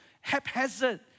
haphazard